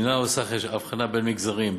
ואינה עושה הבחנה בין מגזרים,